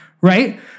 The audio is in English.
right